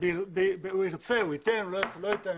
הוא ירצה הוא ייתן, לא ירצה לא ייתן.